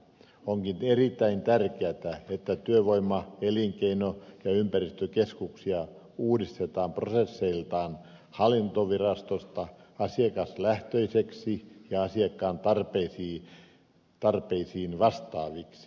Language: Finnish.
onkin erittäin tärkeätä että työvoima elinkeino ja ympäristökeskuksia uudistetaan prosesseiltaan hallintovirastosta asiakaslähtöisiksi ja asiakkaan tarpeisiin vastaaviksi